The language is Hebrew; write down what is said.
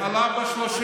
מתי היית בסופר?